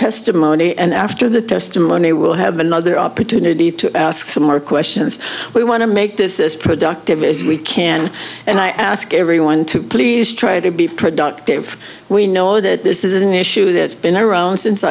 testimony and after the testimony we'll have another opportunity to ask some more questions we want to make this as productive as we can and i ask everyone to please try to be productive we know that this is an issue that's been around since